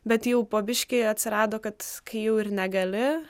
bet jau pamiškėje atsirado kad kai jau ir negali